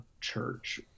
church